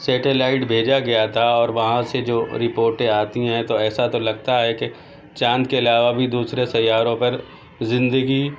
satellite بھیجا گیا تھا اور وہاں سے جو رپورٹیں آتیں ہیں تو ایسا تو لگتا ہے کہ چاند کے علاوہ بھی دوسرے سیاروں پر زندگی